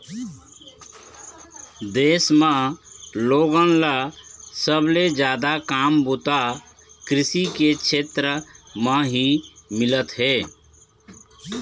देश म लोगन ल सबले जादा काम बूता कृषि के छेत्र म ही मिलत हे